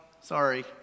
sorry